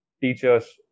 teachers